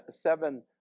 seven